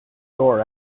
door